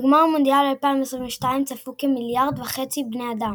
בגמר מונדיאל 2022 צפו כמיליארד וחצי בני אדם.